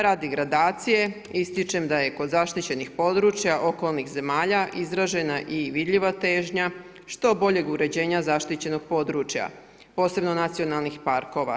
Radi gradacije ističem da je kod zaštićenih područja okolnih zemalja izražena i vidljiva težnja što boljeg uređenja zaštićenog područja, posebno nacionalnih parkova.